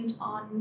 on